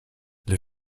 les